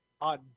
on